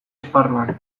esparruan